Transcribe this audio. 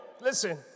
listen